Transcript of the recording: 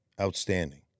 outstanding